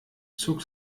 zog